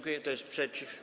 Kto jest przeciw?